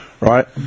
right